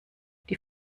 die